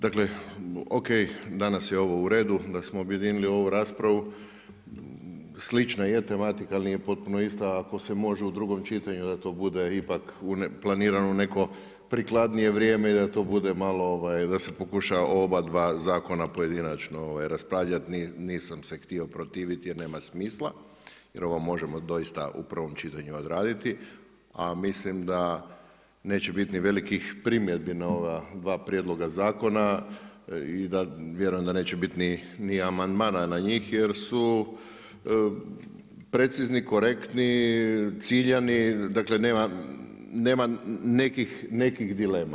Dakle, ok, danas je ovo u redu da smo objedinili ovu raspravu, slična je tematika ali nije potpuno ista ako se može u drugom čitanju da to bude ipak u planirano neko prikladnije vrijeme i da ti bude da se pokuša oba dva zakona pojedinačno raspravljati, nisam se htio protiviti jer nema smisla, jer ovo možemo doista u prvom čitanju odraditi a mislim da neće biti ni velikih primjedbi na ova dva prijedloga zakona i vjerujem da neće biti ni amandmana njih jer su precizni, korektni, ciljani, dakle nema nekih dilema.